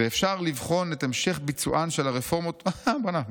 ואפשר לבחון את המשך ביצוען של הרפורמות" בוא'נה,